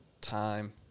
time